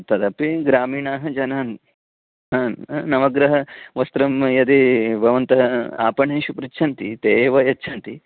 तदपि ग्रामीणाः जनान् नवग्रहवस्त्रं यदि भवन्तः आपणेषु पृच्छन्ति ते एव यच्छन्ति